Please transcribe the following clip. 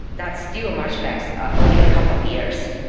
that's still much less, only a couple of years.